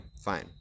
fine